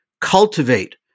cultivate